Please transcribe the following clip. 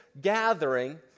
gathering